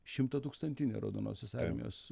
šimtatūkstantinė raudonosios armijos